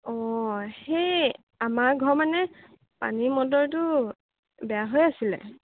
অঁ সেই আমাৰ ঘৰৰ মানে পানী মটৰটো বেয়া হৈ আছিলে